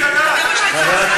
אתה ראש ממשלה,